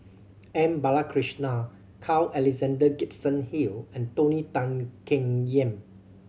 M Balakrishnan Carl Alexander Gibson Hill and Tony Tan Keng Yam